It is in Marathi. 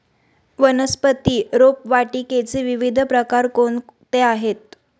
वनस्पती रोपवाटिकेचे विविध प्रकार कोणते आहेत?